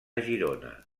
girona